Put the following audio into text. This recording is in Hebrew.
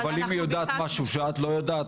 אבל אם היא יודעת משהו שאת לא יודעת,